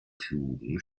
klugen